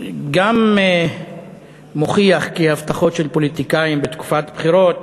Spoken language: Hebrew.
שגם מוכיח כי הבטחות של פוליטיקאים בתקופת בחירות